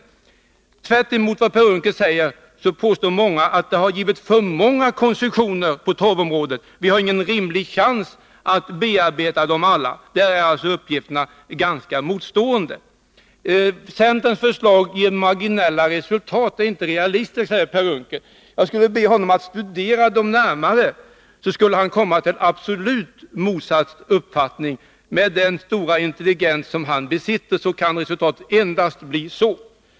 Tvärtemot vad Per Unckel säger påstår många att det har givits för många koncessioner på torvområdet. Vi har ingen rimlig chans att bearbeta dem alla på rimlig tid, säger en del. Det är alltså ganska motstående uppgifter. Centerns förslag ger marginella resultat och är inte realistiskt, säger Per Unckel. Jag skulle vilja be honom att studera förslagen närmare. Då skulle han komma till en absolut motsatt uppfattning. Med den stora intelligens som Per Unckel besitter kan resultatet endast bli detta.